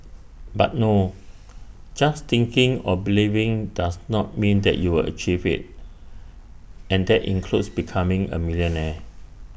but no just thinking or believing does not mean that you will achieve IT and that includes becoming A millionaire